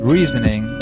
Reasoning